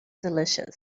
delicious